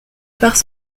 parce